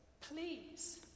please